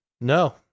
No